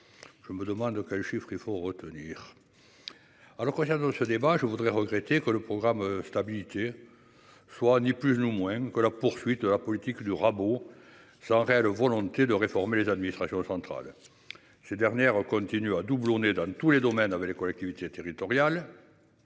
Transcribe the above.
Je me demande quel chiffre, il faut retenir. Alors concernant ce débat je voudrais regretté que le programme de stabilité. Soit ni plus jeune ou moins que la poursuite de la politique du rabot sans réelle volonté de réformer les administrations centrales. Ces dernières continuent à doublonner dans tous les domaines avec les collectivités territoriales.